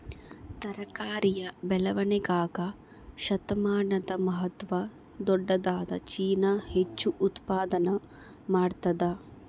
ತರಕಾರಿಯ ಬೆಳವಣಿಗಾಗ ಋತುಮಾನಗಳ ಮಹತ್ವ ದೊಡ್ಡದಾದ ಚೀನಾ ಹೆಚ್ಚು ಉತ್ಪಾದನಾ ಮಾಡ್ತದ